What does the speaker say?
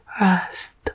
rest